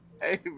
Hey